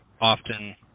often